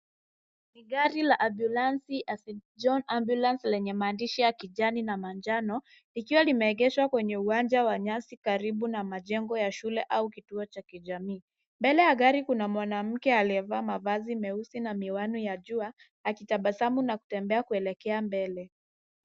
Ni gari la ambulansi la St John Ambulance lenye maandishi la kijani na manjano ikiwa ime egeshwa kwenye uwanja wa nyasi karibu na majengo ya shule au kituo cha jamii. Mbele ya gari kuna mwanamke alie vaa mavazi mweusi na miwani ya jua akitabasamu na kuelekea mbele.